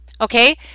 okay